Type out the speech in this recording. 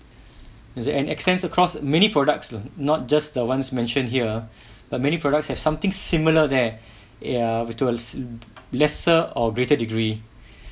you see and extends across many products lah not just the ones mentioned here but many products have something similar there ya with to a lesser or greater degree